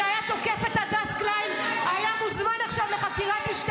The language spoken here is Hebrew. -- שהיה תוקף את הדס קליין -- למה את אומרת שקט?